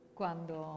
quando